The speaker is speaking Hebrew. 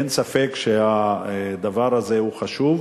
אין ספק שהדבר הזה חשוב,